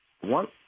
One